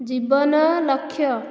ଜୀବନ ଲକ୍ଷ୍ୟ